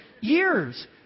years